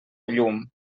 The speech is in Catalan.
llum